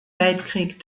weltkrieg